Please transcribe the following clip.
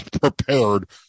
prepared